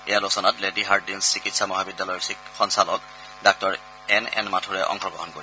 এই আলোচনাত lady Hardinge চিকিৎসা মহাবিদ্যালয়ৰ সঞ্চালক ডাঃ এন এন মাথুৰে অংশগ্ৰহণ কৰিব